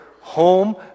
home